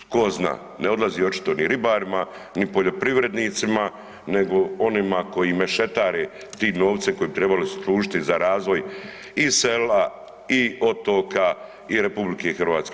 Tko za, ne odlazi očito ni ribarima, ni poljoprivrednicima nego onima koji mešetare tim novcem koji bi trebali služiti za razvoj i sela i otoka i RH.